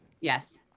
Yes